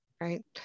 right